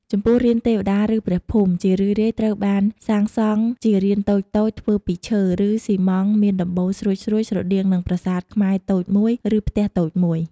ចំពោះរានទេវតាឬព្រះភូមិ ជារឿយៗត្រូវបានសាងសង់ជារានតូចៗធ្វើពីឈើ ឬស៊ីម៉ង់ត៍មានដំបូលស្រួចៗ ស្រដៀងនឹងប្រាសាទខ្មែរតូចមួយឬផ្ទះតូចមួយ។